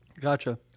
gotcha